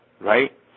right